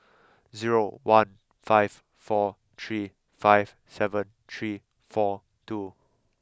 zero one five four three five seven three four two